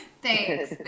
Thanks